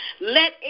Let